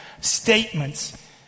statements